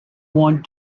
want